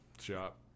shop